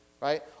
right